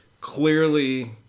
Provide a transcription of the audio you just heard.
clearly